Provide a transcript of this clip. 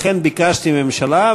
לכן ביקשתי מהממשלה,